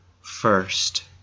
first